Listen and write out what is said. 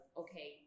okay